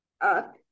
up